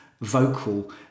vocal